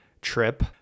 trip